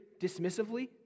dismissively